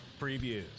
Previews